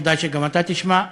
כדאי שגם אתה תשמע,